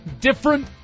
different